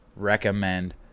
recommend